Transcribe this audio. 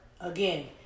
again